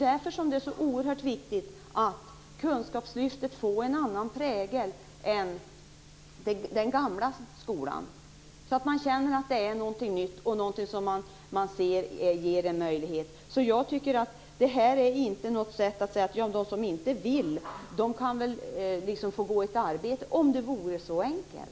Därför är det oerhört viktigt att kunskapslyftet får en annan prägel än den gamla skolan. Man skall känna att det handlar om någonting nytt och något som ger en möjlighet. Jag tycker alltså inte att man bara kan säga att de som inte vill gå i skola skall få ett arbete. Tänk om det vore så enkelt!